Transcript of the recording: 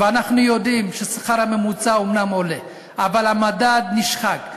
ואנחנו יודעים שהשכר הממוצע אומנם עולה אבל המדד נשחק,